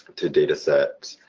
to datasets